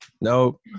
nope